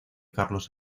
carlos